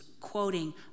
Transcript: quoting